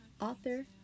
author